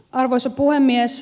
arvoisa puhemies